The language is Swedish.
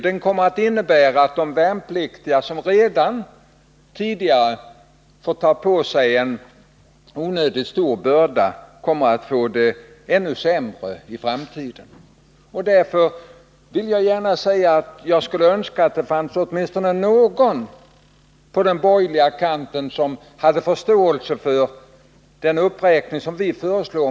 Det kommer att innebära att de värnpliktiga, som redan tidigare fått ta på sig en onödigt stor börda, kommer att få det ännu sämre i framtiden. Jag skulle önska att det fanns åtminstone någon på den borgerliga kanten som hade förståelse för den uppräkning med 3 kr.